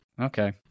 Okay